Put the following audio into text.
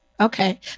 Okay